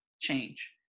change